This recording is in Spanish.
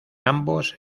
ambos